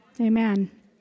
Amen